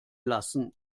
lassen